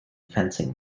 fencing